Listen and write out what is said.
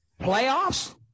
Playoffs